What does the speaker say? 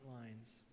lines